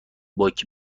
بانکی